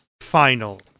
final